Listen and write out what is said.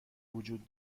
وجود